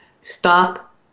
stop